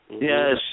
Yes